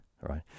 right